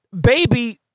baby